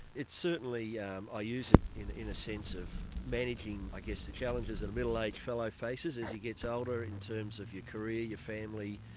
it certainly. yeah um i use it in an sense of managing i guess the challenges and a middle aged fellow faces as he gets older in terms of your career, your family,